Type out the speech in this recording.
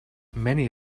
many